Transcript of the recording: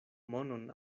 monon